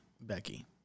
Becky